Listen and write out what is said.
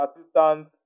assistant